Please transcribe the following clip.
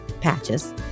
Patches